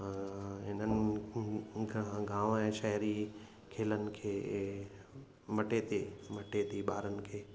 हिननि गांव ऐं शहरी खेलनि खे मटे थी मटे थी ॿारनि खे